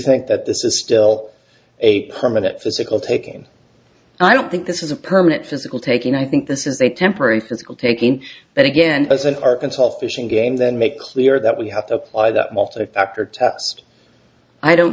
think that this is still a permanent physical taking and i don't think this is a permanent physical taking i think this is a temporary physical taking but again as an arkansas fishing game that make clear that we have to apply that multi factor test i don't